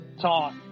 Talk